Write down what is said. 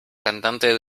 cantante